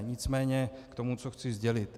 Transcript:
Nicméně k tomu, co chci sdělit.